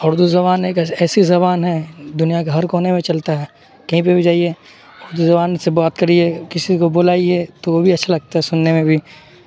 اردو زبان ایک ایسی زبان ہے دنیا کا ہر کونے میں چلتا ہے کہیں پہ بھی جائیے اردو زبان سے بات کریے کسی کو بلائیے تو وہ بھی اچھا لگتا ہے سننے میں بھی